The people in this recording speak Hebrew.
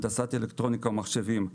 הנדסת אלקטרוניקה ומחשבים,